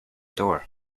door